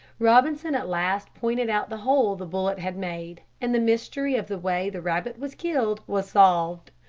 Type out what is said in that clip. robinson at last pointed out the hole the bullet had made and the mystery of the way the rabbit was killed was solved.